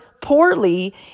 poorly